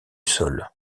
sol